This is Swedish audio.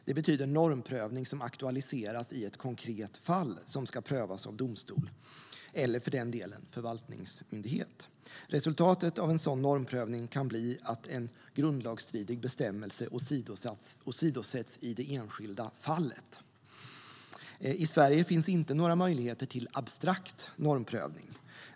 Det betyder normprövning som aktualiseras i ett konkret fall som ska prövas av domstol eller för den delen förvaltningsmyndighet. Resultatet av en sådan normprövning kan bli att en grundlagsstridig bestämmelse åsidosätts i det enskilda fallet.I Sverige finns inte några möjligheter till abstrakt normprövning.